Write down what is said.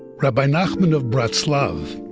rabbi nachman of bratslav,